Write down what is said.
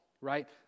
right